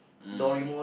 um